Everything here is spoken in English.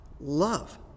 love